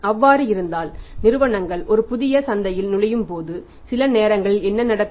அவ்வாறு இருந்தால் நிறுவனங்கள் ஒரு புதிய சந்தைகளில் நுழையும்போது சில நேரங்களில் என்ன நடக்கும்